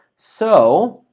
so